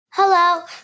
Hello